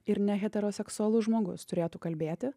ir ne heteroseksualus žmogus turėtų kalbėti